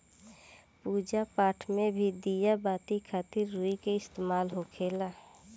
पूजा पाठ मे भी दिया बाती खातिर रुई के इस्तेमाल होखेला